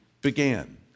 began